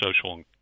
social